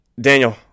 Daniel